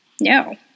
No